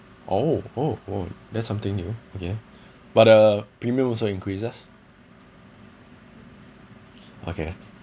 oh oh oh that's something new okay but uh premium also increases okay